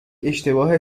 اشتباه